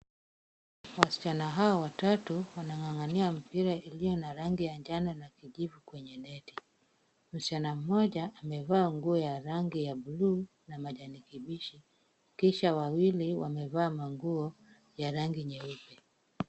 Wasichana hawa watatu wanang'ang'ania mpira iliyo na rangi ya njano na kijivu kwenye neti, msichana mmoja amevaa nguo ya rangi ya bluu na kijani kibichi, kisha wawili wamevaa nguo za rangi nyeupe.